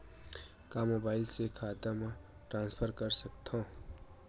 का मोबाइल से खाता म ट्रान्सफर कर सकथव?